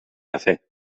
cafè